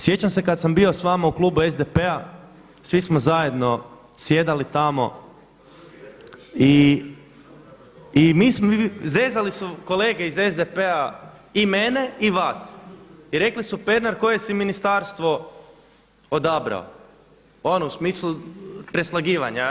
Sjećam se kad sam bio sa vama u klubu SDP-a svi smo zajedno sjedali tamo i zezali su kolege iz SDP-a i mene i vas i rekli su Pernar koje si ministarstvo odabrao, ono u smislu preslagivanja.